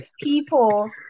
people